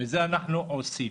ואת זה אנחנו עושים.